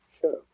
Sure